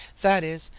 that is,